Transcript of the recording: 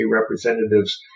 representatives